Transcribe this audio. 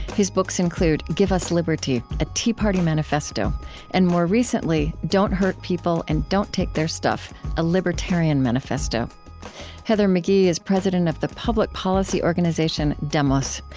his books include give us liberty a tea party manifesto and more recently, don't hurt people and don't take their stuff a libertarian manifesto heather mcghee is president of the public policy organization, demos.